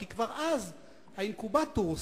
כי כבר אז ב"אינקוב טורס",